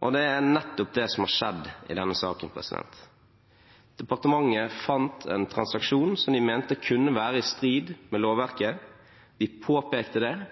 Det er nettopp det som har skjedd i denne saken. Departementet fant en transaksjon som de mente kunne være i strid med lovverket. De påpekte det,